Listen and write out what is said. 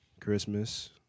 Christmas